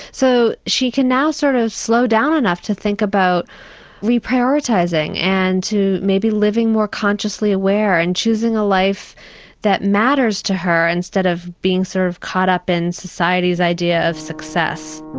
so she can now sort of slow down enough to think about reprioritising and to maybe living more consciously aware, and she's in a life that matters to her instead of being sort of caught up in society's idea of success.